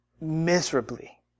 Miserably